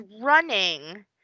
running